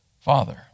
Father